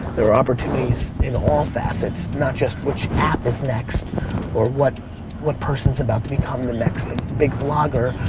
there are opportunities in all facets not just which app is next or what what person's about to become the next and big vlogger.